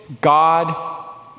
God